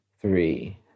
three